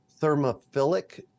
thermophilic